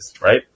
right